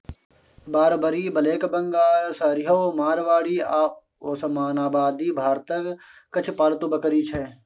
Barbari, black Bengal, Sirohi, Marwari आ ओसमानाबादी भारतक किछ पालतु बकरी छै